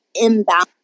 imbalance